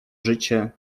życie